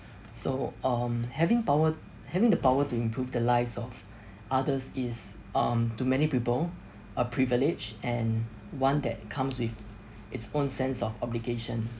so um having power having the power to improve the lives of others is um to many people a privilege and one that comes with its own sense of obligation